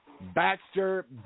Baxter